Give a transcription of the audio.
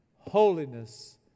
Holiness